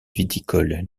viticole